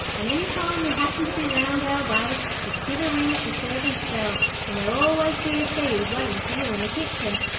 and any time you happen to be round our way, just give a ring at the servants' bell, and there'll always be a feed waitin' for you in the kitchen.